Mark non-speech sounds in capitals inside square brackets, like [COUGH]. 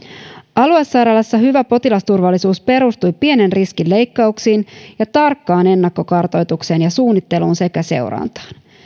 aluesairaalassa hyvä potilasturvallisuus perustui pienen riskin leikkauksiin tarkkaan ennakkokartoitukseen ja suunnitteluun sekä seurantaan [UNINTELLIGIBLE]